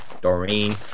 Doreen